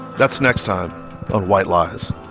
that's next time on white lies